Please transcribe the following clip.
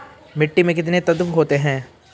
मिट्टी में कितने तत्व होते हैं?